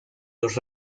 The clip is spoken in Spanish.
los